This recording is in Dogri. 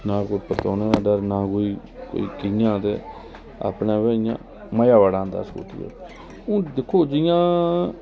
ना परतौने दा डर ते ना कोई अपने इयां मजा बड़ा औंदा हुन दिक्खो जियां